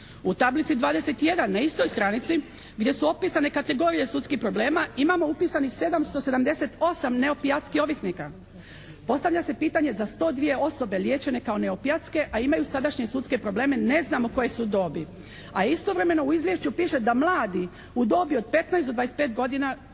U tablici 21. na istoj stranici gdje su opisane kategorije sudskih problema imamo upisanih 778 neopijatskih ovisnika. Postavlja se pitanje za 102 osobe liječene kao neopijatske, a imaju sadašnje sudske probleme ne znamo koje su dobi. A istovremeno u izvješću piše da mladi u dobi od 15 do 25 godina